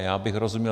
Já bych rozuměl.